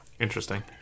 interesting